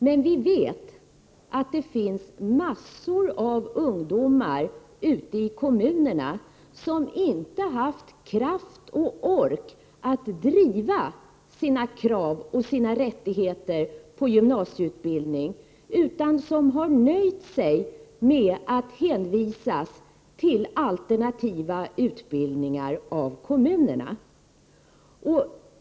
Men det finns massor av ungdomar ute i kommunerna som inte haft kraft och ork att driva sina krav på och sina rättigheter till gymnasieutbildning utan som har nöjt sig med att hänvisas till alternativa utbildningar av kommunerna.